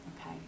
okay